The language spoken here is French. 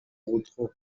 rotrou